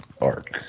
arc